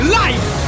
life